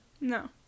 No